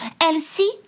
Elsie